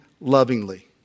lovingly